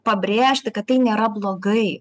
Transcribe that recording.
pabrėžti kad tai nėra blogai